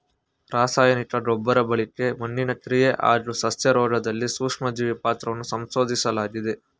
ರಾಸಾಯನಿಕ ಗೊಬ್ರಬಳಕೆ ಮಣ್ಣಿನ ಕ್ರಿಯೆ ಹಾಗೂ ಸಸ್ಯರೋಗ್ದಲ್ಲಿ ಸೂಕ್ಷ್ಮಜೀವಿ ಪಾತ್ರವನ್ನ ಸಂಶೋದಿಸ್ಲಾಗಿದೆ